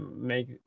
make